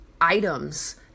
items